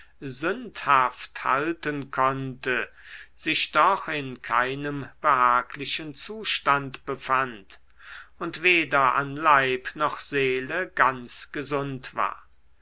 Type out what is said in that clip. halten konnte sich doch in keinem behaglichen zustand befand und weder an leib noch seele ganz gesund war